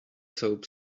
soap